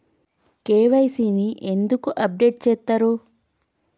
KYC ని ఎందుకు update చేత్తరు?